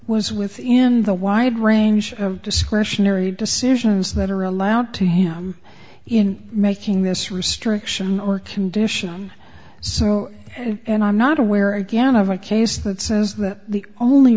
was within the wide range of discretionary decisions that are allowed to him in making this restriction or condition so and i'm not aware again of a case that says that the only